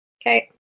Okay